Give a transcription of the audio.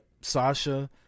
Sasha